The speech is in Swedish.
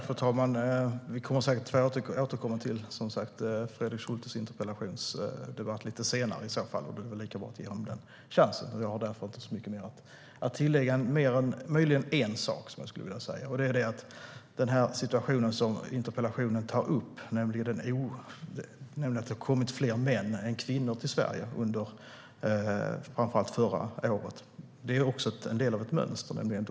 Fru talman! Vi kommer säkert att återkomma till Fredrik Schultes interpellation lite senare, och det är lika bra att vi ger honom den chansen. Jag har därför inte så mycket mer att tillägga, mer än möjligen en sak. Situationen som interpellationen tar upp, nämligen att det har kommit fler män än kvinnor till Sverige under framför allt förra året, är en del av ett mönster.